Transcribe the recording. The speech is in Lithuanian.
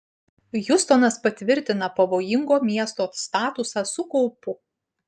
hjustonas patvirtina pavojingo miesto statusą su kaupu